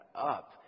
up